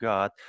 God